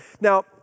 Now